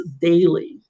daily